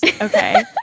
okay